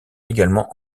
également